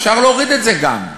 אפשר להוריד את זה גם.